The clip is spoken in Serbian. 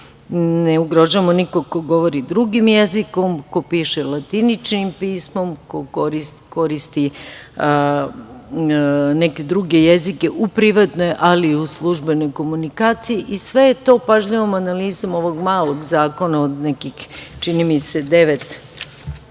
Ne ugrožavamo nikoga ko govori drugim jezikom, ko piše latiničnim pismom, ko koristi neke druge jezike u privatnoj, ali i u službenoj komunikaciji i sve je to pažljivom analizom ovog malog zakona od nekih 11 članova